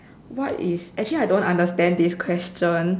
what is actually I don't understand this question